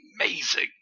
amazing